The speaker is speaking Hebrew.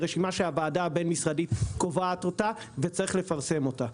זאת רשימה שהוועדה הבין-משרדית קובעת אותה וצריך לפרסם אותה.